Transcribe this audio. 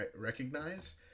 recognize